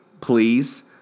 please